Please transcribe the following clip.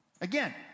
Again